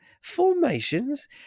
Formations